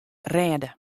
rêde